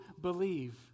believe